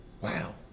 Wow